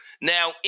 now